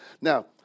Now